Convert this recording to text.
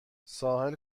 ساحل